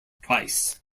twice